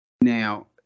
Now